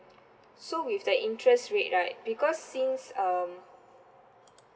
so with the interest rate right because since um